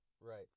right